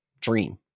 dream